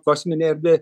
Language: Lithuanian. kosminėj erdvėj